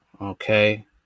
okay